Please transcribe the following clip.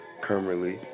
currently